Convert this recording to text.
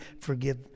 forgive